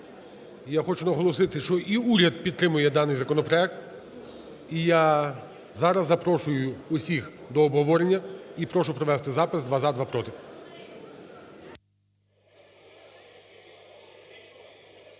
Я хочу наголосити, що і уряд підтримує даний законопроект. І я зараз запрошую всіх до обговорення і прошу провести запис: два – за, два – проти.